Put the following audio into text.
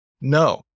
No